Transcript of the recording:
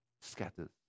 scatters